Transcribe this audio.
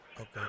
Okay